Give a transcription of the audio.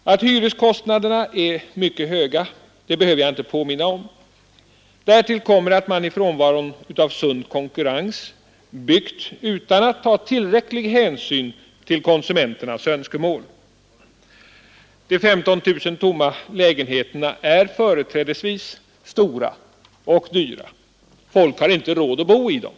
Att hyreskostnaderna är mycket höga behöver jag inte påminna om. I frånvaron av sund konkurrens har man byggt utan att ta tillräcklig hänsyn till konsumenternas önskemål. De 15 000 tomma lägenheterna är företrädesvis stora och dyra — folk har inte råd att bo i dem.